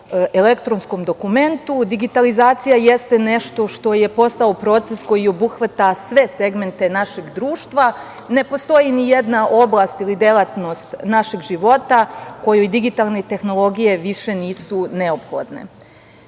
elektronskom dokumentu, digitalizacija jeste nešto što je postao proces koji obuhvata sve segmente našeg društva, ne postoji nijedna oblast ili delatnost našeg života kojoj digitalne tehnologije više nisu neophodne. Državna